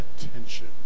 attention